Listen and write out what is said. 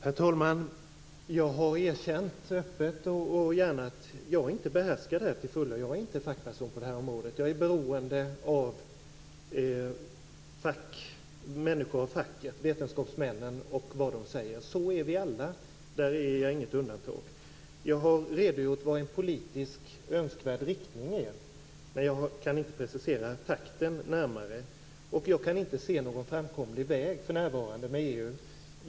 Herr talman! Jag erkänner öppet och gärna att jag inte behärskar detta till fullo. Jag är inte fackperson på det här området. Jag är beroende av människor med fackkunskap och vetenskapsmännen och vad de säger. Det är vi alla, och jag är inget undantag. Jag har redogjort för vad som är en politiskt önskvärd riktning. Men jag kan inte precisera takten närmare. Jag kan inte se någon framkomlig väg för närvarande med EU.